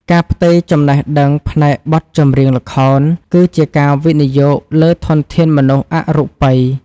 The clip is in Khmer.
ការផ្ទេរចំណេះដឹងផ្នែកបទចម្រៀងល្ខោន គឺជាការវិនិយោគលើធនធានមនុស្សអរូបិយ។